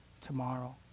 tomorrow